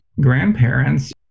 grandparents